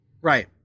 Right